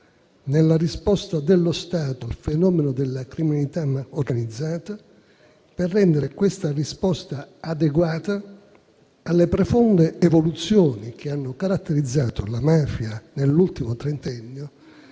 nella risposta dello Stato al fenomeno della criminalità organizzata, per renderla adeguata alle profonde evoluzioni che hanno caratterizzato la mafia nell'ultimo trentennio